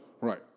Right